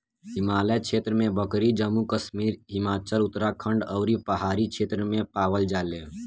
हिमालय क्षेत्र में बकरी जम्मू कश्मीर, हिमाचल, उत्तराखंड अउरी पहाड़ी क्षेत्र में पावल जाले